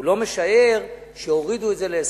הוא לא משער שהורידו את זה ל-20%.